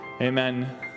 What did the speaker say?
amen